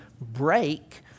break